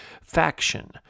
faction